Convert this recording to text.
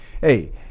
hey